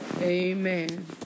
Amen